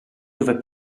dove